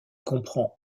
comprend